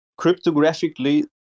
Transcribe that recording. cryptographically